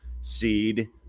seed